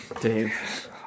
Dave